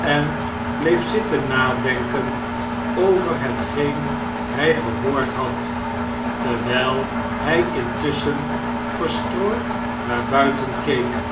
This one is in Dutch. en bleef zitten nadenken over hetgeen hi gehoord had terwijl hij intusschen verstrooid naar buiten keek